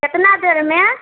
कितने देर में